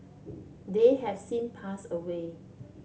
they have sin pass away